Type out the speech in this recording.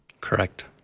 Correct